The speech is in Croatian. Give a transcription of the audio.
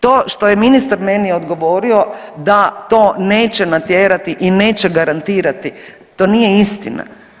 To što je ministar meni odgovorio da to neće natjerati i neće garantirati to nije istina.